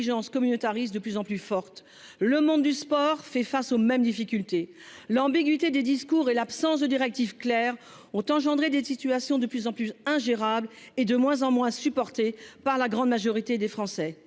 communautaristes de plus en plus forte, le monde du sport fait face aux mêmes difficultés l'ambiguïté des discours et l'absence de directives claires ont engendré des situations de plus en plus ingérable et de moins en moins supportée par la grande majorité des Français